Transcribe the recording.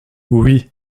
oui